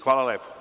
Hvala.